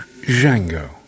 Django